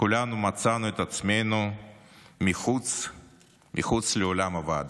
כולנו מצאנו את עצמנו מחוץ לאולם הוועדה.